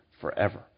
forever